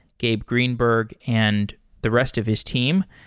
gabe greenberg, and the rest of his team.